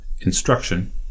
instruction